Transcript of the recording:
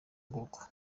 nguko